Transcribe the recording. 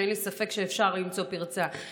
ואין לי ספק שאפשר למצוא פרצה.